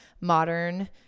modern